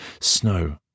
snow